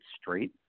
straight